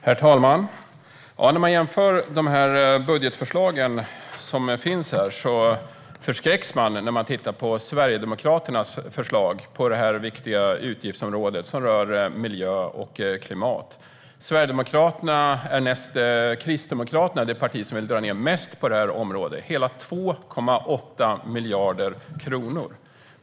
Herr talman! När man jämför de budgetförslag som finns förskräcks man när man tittar på Sverigedemokraternas förslag på detta viktiga utgiftsområde, som rör miljö och klimat. Sverigedemokraterna är, näst Kristdemokraterna, det parti som vill dra ned mest på det här området: hela 2,8 miljarder kronor.